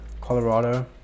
Colorado